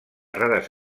rares